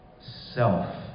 self